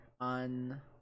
on